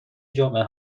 جمعه